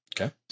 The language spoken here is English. Okay